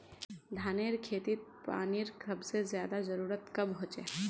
धानेर खेतीत पानीर सबसे ज्यादा जरुरी कब होचे?